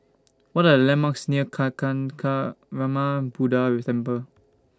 What Are The landmarks near Kancanarama Buddha with Temple